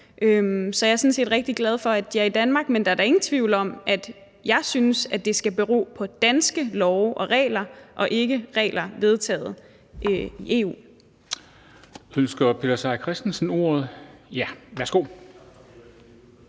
sådan set rigtig glad for, at de er i Danmark, men der er da ingen tvivl om, at jeg synes, at det skal bero på danske love og regler og ikke regler vedtaget i EU.